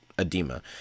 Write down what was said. edema